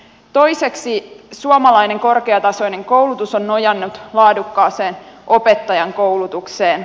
toiseksi suomalainen korkeatasoinen koulutus on nojannut laadukkaaseen opettajankoulutukseen